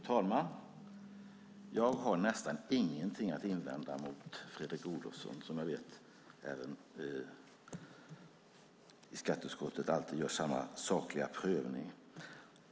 Fru talman! Jag har nästan inget att invända mot Fredrik Olovsson som i skatteutskottet alltid gör samma sakliga prövning.